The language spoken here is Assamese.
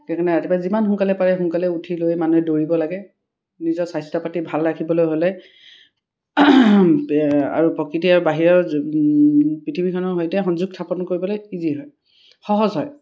সেইকাৰণে ৰাতিপুৱা যিমান সোনকালে পাৰে সোনকালে উঠি লৈ মানুহে দৌৰিব লাগে নিজৰ স্বাস্থ্য পাতি ভাল ৰাখিবলৈ হ'লে আৰু প্ৰকৃতিয়ে বাহিৰৰ পৃথিৱীখনৰ সৈতে সংযোগ স্থাপন কৰিবলৈ ইজি হয় সহজ হয়